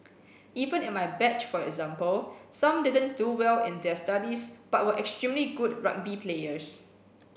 even in my batch for example some didn't do well in their studies but were extremely good rugby players